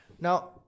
now